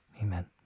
amen